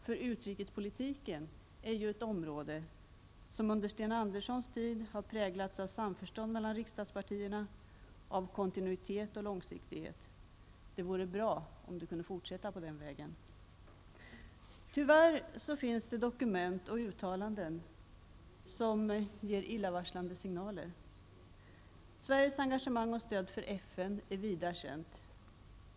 För utrikespolitiken är ju ett område som under Sten Anderssons tid har präglats av samförstånd mellan riksdagspartierna, av kontinuitet och långsiktighet. Det vore bra om det kunde fortsätta på den vägen. Tyvärr finns det dokument och uttalanden som ger illavarslande signaler. Sveriges engagemang och stöd för FN är vida känt.